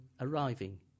arriving